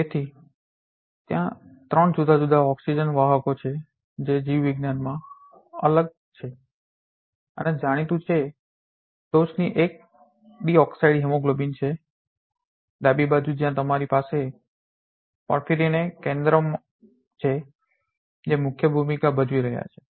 તેથી ત્યાં ત્રણ જુદાં જુદાં ઓક્સિજન oxygen પ્રાણવાયુ વાહકો છે જે જીવવિજ્ઞાન માં અલગ છે અને જાણીતું છે ટોચની એક ડિઓક્સાઇડ હિમોગ્લોબિન છે ડાબી બાજુ જ્યાં તમારી પાસે પોર્ફિરિન કેન્દ્રો છે જે મુખ્ય ભૂમિકા ભજવી રહ્યો છે